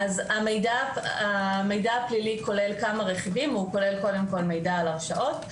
המידע הפלילי כולל כמה רכיבים הוא כולל קודם כל מידע על הרשעות.